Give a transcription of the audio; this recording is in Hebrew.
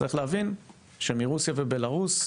צריך להבין שמרוסיה ובלרוס,